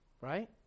Right